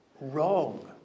wrong